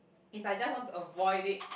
is I just want to avoid it